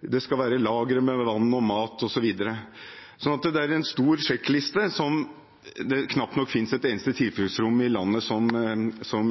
Det skal være lagre med vann og mat osv. Det er en stor sjekkliste som det knapt nok finnes et eneste tilfluktsrom i landet som